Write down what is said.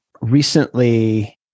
recently